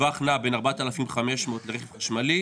הטווח נע בין 4,500 ₪ לרכב חשמלי,